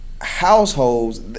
Households